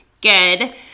Good